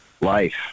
life